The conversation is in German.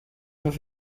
auf